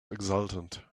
exultant